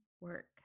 work